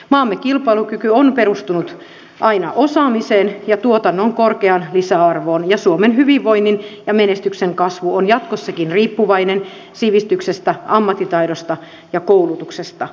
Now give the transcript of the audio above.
maamme kilpailukyky on perustunut aina osaamiseen ja tuotannon korkeaan lisäarvoon ja suomen hyvinvoinnin ja menestyksen kasvu on jatkossakin riippuvainen sivistyksestä ammattitaidosta ja koulutuksesta